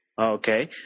Okay